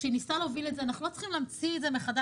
אנחנו לא צריכים להמציא את זה מחדש.